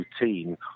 routine